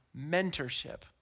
mentorship